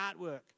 artwork